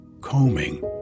combing